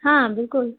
हाँ बिल्कुल